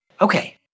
Okay